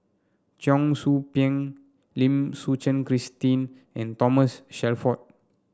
Cheong Soo Pieng Lim Suchen Christine and Thomas Shelford